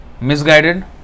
misguided